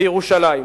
בירושלים.